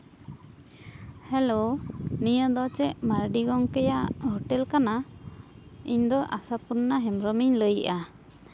hello ᱱᱤᱭᱟᱹ ᱫᱚ ᱪᱮᱫ ᱢᱟᱨᱰᱤ ᱜᱚᱝᱠᱮᱭᱟᱜ ᱦᱳᱴᱮᱞ ᱠᱟᱱᱟ ᱤᱧ ᱫᱚ ᱟᱥᱟᱯᱩᱨᱱᱟ ᱦᱮᱢᱵᱨᱚᱢᱤᱧ ᱞᱟᱹᱭᱮᱜᱼᱟ